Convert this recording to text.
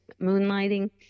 moonlighting